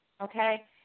okay